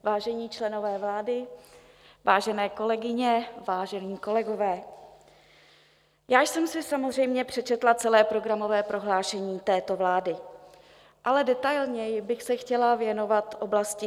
Vážení členové vlády, vážené kolegyně, vážení kolegové, já jsem si samozřejmě přečetla celé programové prohlášení této vlády, ale detailněji bych se chtěla věnovat oblasti kultury.